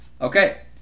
Okay